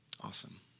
Awesome